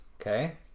okay